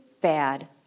bad